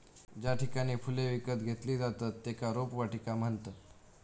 ज्या ठिकाणी फुले विकत घेतली जातत त्येका रोपवाटिका म्हणतत